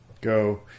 go